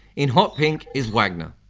in hot pink is wagner.